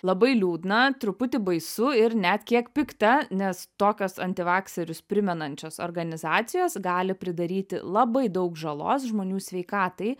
labai liūdna truputį baisu ir net kiek pikta nes tokios antivakserius primenančios organizacijos gali pridaryti labai daug žalos žmonių sveikatai